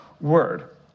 word